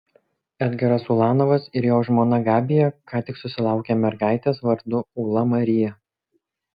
edgaras ulanovas ir jo žmona gabija ką tik susilaukė mergaitės vardu ūla marija